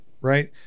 right